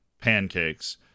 pancakes